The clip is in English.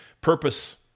Purpose